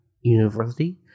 university